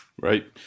Right